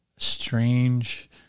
strange